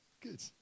Good